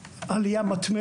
הייתה כל שנה עלייה מתמדת.